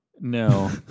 No